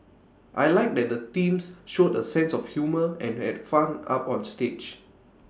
I Like that the teams showed A sense of humour and had fun up on stage